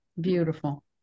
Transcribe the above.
Beautiful